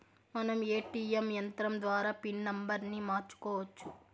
మనం ఏ.టీ.యం యంత్రం ద్వారా పిన్ నంబర్ని మార్చుకోవచ్చు